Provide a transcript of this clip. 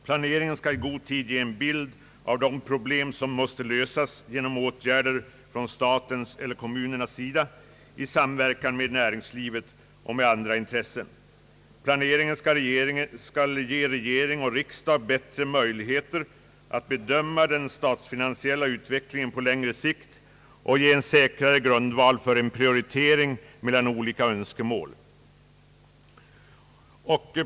Planeringen skall i god tid ge en bild av de problem som måste lösas genom åtgärder från statens eller kommunernas sida i samverkan med näringslivet och med andra intressenter. Planeringen skall ge regering och riksdag bättre möjligheter att bedöma den statsfinansiella utvecklingen på längre sikt och ge en säkrare grundval för en prioritering mellan olika önskemål.